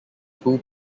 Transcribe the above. full